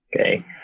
Okay